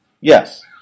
Yes